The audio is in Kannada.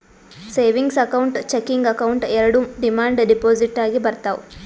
ಸೇವಿಂಗ್ಸ್ ಅಕೌಂಟ್, ಚೆಕಿಂಗ್ ಅಕೌಂಟ್ ಎರೆಡು ಡಿಮಾಂಡ್ ಡೆಪೋಸಿಟ್ ನಾಗೆ ಬರ್ತಾವ್